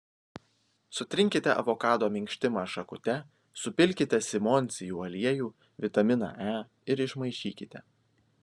sutrinkite avokado minkštimą šakute supilkite simondsijų aliejų vitaminą e ir išmaišykite